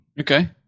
Okay